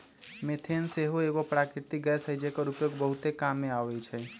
methane सेहो एगो प्राकृतिक गैस हई जेकर उपयोग बहुते काम मे अबइ छइ